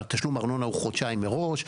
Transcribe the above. תשלום ארנונה הוא חודשיים מראש.